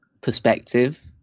perspective